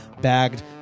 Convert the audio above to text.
bagged